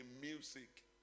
music